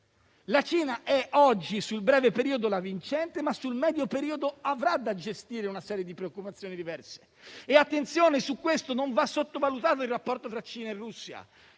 La Cina è oggi sul breve periodo la vincente, ma sul medio periodo avrà da gestire una serie di preoccupazioni diverse. A tal proposito, non va sottovalutato il rapporto tra Cina e Russia,